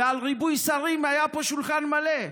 על ריבוי שרים, היה פה שולחן מלא,